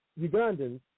Ugandans